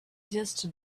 just